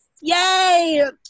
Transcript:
Yay